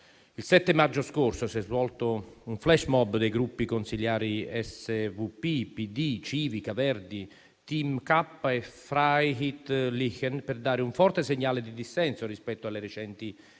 Il 7 maggio scorso si è svolto un *flash mob* dei gruppi consiliari SVP, PD, Civica, Verdi, Team K e Freiheitlichen, per dare un forte segnale di dissenso rispetto alle recenti